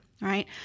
right